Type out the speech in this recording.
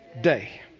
day